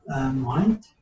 Mind